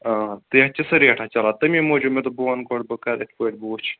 آ تہٕ تتھ چھِ سۅ ریٹھا چلان تٔمی موٗجوٗب مےٚ دوٚپ بہٕ وَنہٕ گۄڈٕ بہٕ کَرٕ یِتھٕ پٲٹھۍ بہٕ وُِچھِ